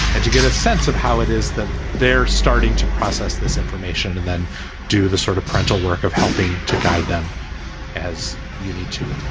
and to get a sense of how it is that they're starting to process this information and then do the sort of parental work of helping to guide them as you need to.